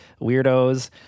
weirdos